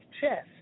chess